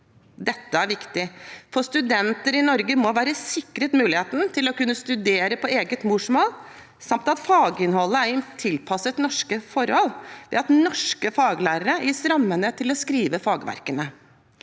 Dette er viktig, for studenter i Norge må være sikret muligheten til å kunne studere på eget morsmål samt at faginnholdet er tilpasset norske forhold ved at norske faglærere gis rammer til å skrive fagverkene.